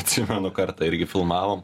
atsimenu kartą irgi filmavom